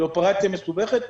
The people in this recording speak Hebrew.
זה אופרציה מסובכת,